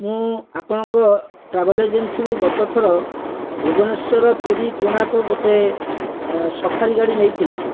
ମୁଁ ଆପଣଙ୍କ ଟ୍ରାଭେଲ୍ ଏଜେନ୍ସିରୁ ଗତଥର ଭୁବନେଶ୍ୱର ପୁରି କୋଣାର୍କ ଗୋଟେ ଏ ସଫାରି ଗାଡ଼ି ନେଇଥିଲି